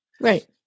Right